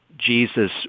Jesus